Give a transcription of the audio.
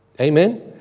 Amen